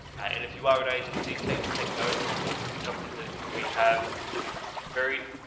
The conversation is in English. and if you are an agency, take take notes because this is something that we have very.